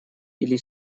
или